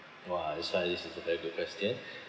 !wah! this time this is a very good question